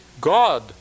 God